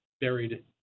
buried